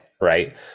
right